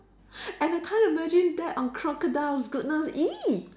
and I can't imagine that on crocodiles goodness !ee!